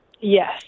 Yes